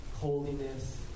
holiness